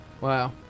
Wow